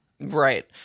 right